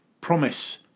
promise